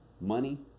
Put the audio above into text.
money